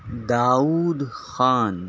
Dawood Khan